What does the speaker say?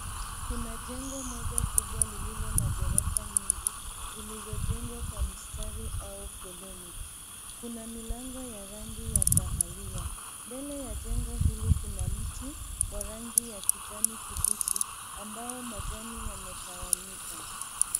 Kuna jengo moja kubwa lililo na ghorofa nyingi zilizo jengwa kwa mstari au foleni. Kuna milango ya rangi ya kahawia. Mbele ya jengo hili kuna mti wa rangi ya kijani kibichi ambao majani yametawanyika.